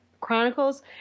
Chronicles